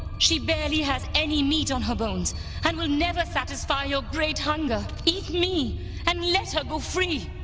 she barely has any meat on her bones and will never satisfy your great hunger. eat me and let her go free.